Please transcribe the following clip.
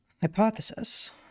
hypothesis